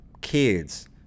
kids